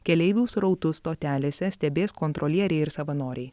keleivių srautus stotelėse stebės kontrolieriai ir savanoriai